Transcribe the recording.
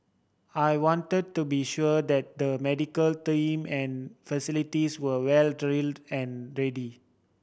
I want to be sure that the medical team and facilities were well drilled and ready